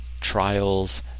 trials